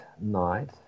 night